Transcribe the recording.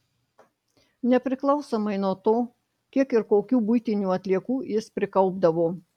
nepriklausomai nuo to kiek ir kokių buitinių atliekų jis prikaupdavo